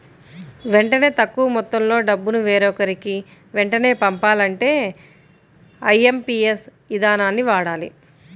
వెంటనే తక్కువ మొత్తంలో డబ్బును వేరొకరికి వెంటనే పంపాలంటే ఐఎమ్పీఎస్ ఇదానాన్ని వాడాలి